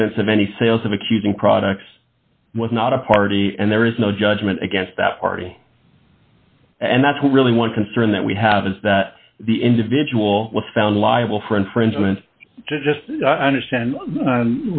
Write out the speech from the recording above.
evidence of any sales of accusing products was not a party and there is no judgment against that party and that's really one concern that we have is that the individual was found liable for infringement just as i understand